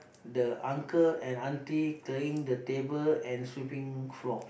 the uncle and auntie clearing the table and sweeping floor